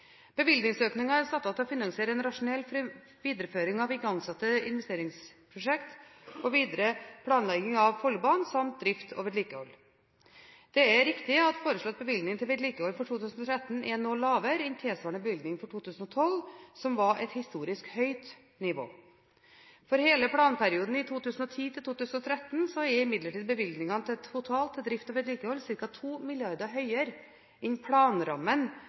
er satt av til å finansiere en rasjonell videreføring av igangsatte investeringsprosjekter og videre planlegging av Follobanen samt drift og vedlikehold. Det er riktig at foreslått bevilgning til vedlikehold for 2013 er noe lavere enn tilsvarende bevilgning for 2012, som var et historisk høyt nivå. For hele planperioden for 2010–2013 er imidlertid bevilgningene totalt til drift og vedlikehold ca. 2 mrd. kr høyere enn planrammen